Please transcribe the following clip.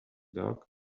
dog